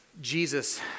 Jesus